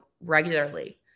regularly